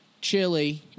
chili